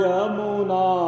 Yamuna